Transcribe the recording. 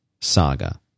Saga